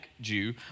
Jew